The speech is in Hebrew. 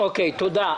תודה.